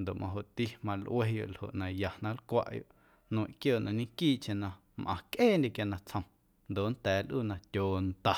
ndoꞌ majoꞌti malꞌueyoꞌ ljoꞌ na ya na nlcwaꞌyoꞌ nmeiⁿꞌ quiooꞌ na ñequiiꞌcheⁿ mꞌaⁿcꞌeendye quia natsjom ndoꞌ nnda̱a̱ lꞌuu na tyooꞌnda.